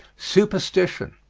superstition.